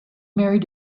married